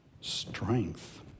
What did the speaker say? strength